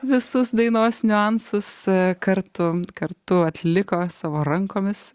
visas dainos niuansas kartu kartu atliko savo rankomis